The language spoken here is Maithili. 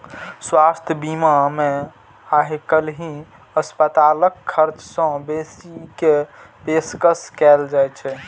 स्वास्थ्य बीमा मे आइकाल्हि अस्पतालक खर्च सं बेसी के पेशकश कैल जाइ छै